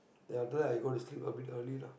then after that I go to sleep lah a bit early lah